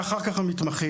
ואחר כך המתמחים,